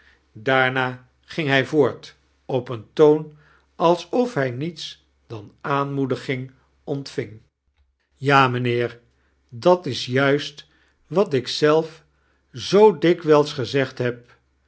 daarna ging hij voort op een toon alsof hij nietis dan aanmoediging ontving ja mijnheer dat is juist wat ik zelf zoo dikwijls gezegd heb